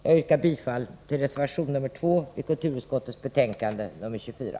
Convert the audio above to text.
Jag yrkar bifall till reservation 2 som är fogad till kulturutskottets betänkande 24.